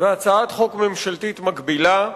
והצעת חוק ממשלתית מקבילה,